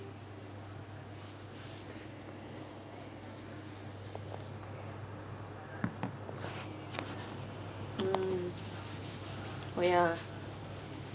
mm oh ya